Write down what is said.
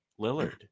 Lillard